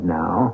now